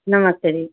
नमस्ते जी